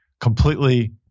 completely